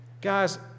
Guys